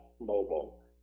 mobile